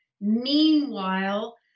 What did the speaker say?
meanwhile